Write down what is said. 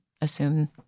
assume